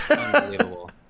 Unbelievable